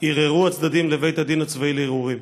ערערו הצדדים לבית הדין הצבאי לערעורים.